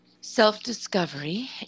Self-discovery